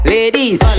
Ladies